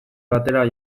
batera